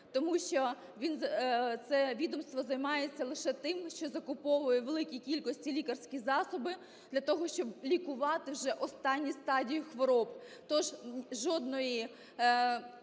Тому що це відомство займається лише тим, що закуповує в великій кількості лікарські засоби для того, щоб лікувати вже останні стадії хвороб.